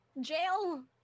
jail